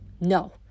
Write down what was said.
No